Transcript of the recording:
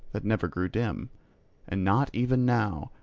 that never grew dim and not even now,